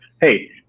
hey